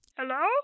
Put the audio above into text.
Hello